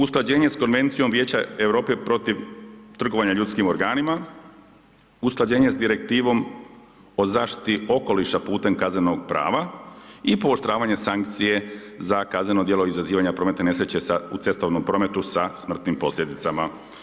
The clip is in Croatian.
Usklađenje s Konvencijom Vijeća Europe protiv trgovanja ljudskim organima, usklađenja s Direktivom o zaštiti okoliša putem kaznenom prava i pooštravanje sankcije za kazneno djelo izazivanja prometne nesreće u cestovnom prometu sa smrtnim posljedicama.